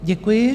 Děkuji.